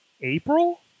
April